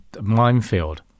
minefield